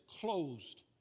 closed